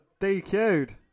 DQ'd